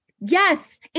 Yes